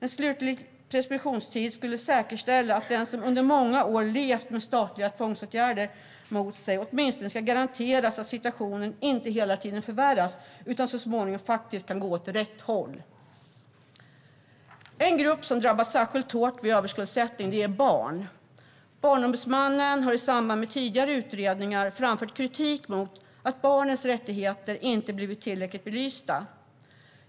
En slutlig preskriptionstid skulle säkerställa att den som under många år levt med statliga tvångsåtgärder mot sig åtminstone ska garanteras att situationen inte hela tiden förvärras, utan så småningom faktiskt kan gå åt rätt håll. En grupp som drabbas särskilt hårt vid överskuldsättning är barn. Barnombudsmannen har i samband med tidigare utredningar framfört kritik mot att barnens rättigheter inte blivit tillräckligt belysta.